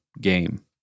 game